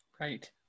Right